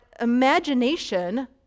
imagination